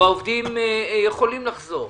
והעובדים יכולים לחזור,